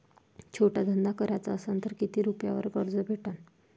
छोटा धंदा कराचा असन तर किती रुप्यावर कर्ज भेटन?